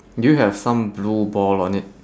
do you have some blue ball on it